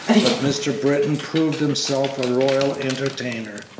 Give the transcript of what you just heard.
but mr. britton proved himself a royal entertainer.